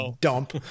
dump